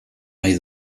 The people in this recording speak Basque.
nahi